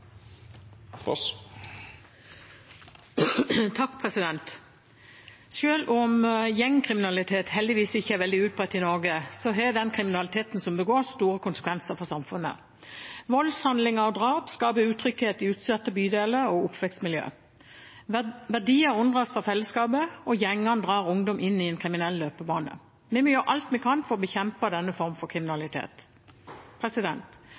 om gjengkriminalitet heldigvis ikke er veldig utbredt i Norge, har den kriminaliteten som begås, store konsekvenser for samfunnet. Voldshandlinger og drap skaper utrygghet i utsatte bydeler og oppvekstmiljøer. Verdier unndras fra fellesskapet, og gjengene drar ungdom inn i en kriminell løpebane. Vi må gjøre alt vi kan for å bekjempe denne formen for